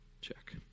Check